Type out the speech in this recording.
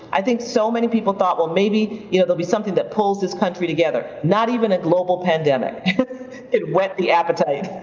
i think so many people thought, well, maybe you know there'll be something that pulls this country together. not even a global pandemic can whet the appetite.